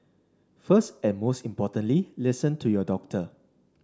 first and most importantly listen to your doctor